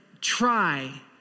try